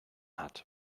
hat